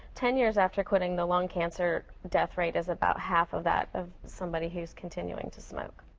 ten years after quitting, the lung cancer death rate is about half of that of somebody who is continuing to smoke.